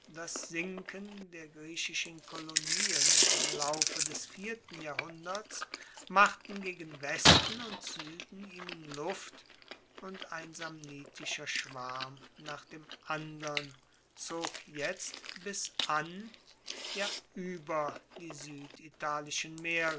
das sinken der griechischen kolonien im laufe des vierten jahrhunderts machten gegen westen und sueden ihnen luft und ein samnitischer schwarm nach dem andern zog jetzt bis an ja ueber die sueditalischen meere